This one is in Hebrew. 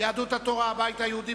יהדות התורה והבית היהודי,